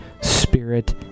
Spirit